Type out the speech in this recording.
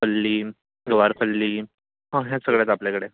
फल्ली गवारफल्ली ह्या सगळ्या आहेत आपल्याकडे